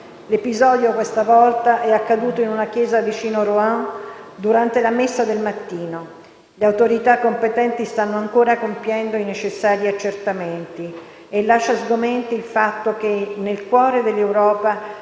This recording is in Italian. L'episodio questa volta è accaduto in una chiesa vicino Rouen durante la messa del mattino. Le autorità competenti stanno ancora compiendo i necessari accertamenti. Lascia sgomenti il fatto che, nel cuore dell'Europa,